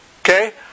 okay